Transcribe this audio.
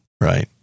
Right